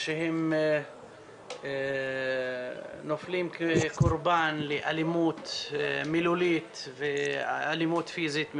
שהם נופלים קורבן לאלימות מילולית ואלימות פיזית.